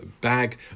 bag